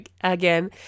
again